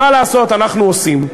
מה לעשות, אנחנו עושים.